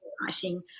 writing